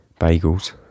Bagels